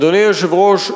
אדוני היושב-ראש,